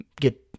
get